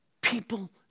People